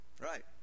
Right